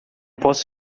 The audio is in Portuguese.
posso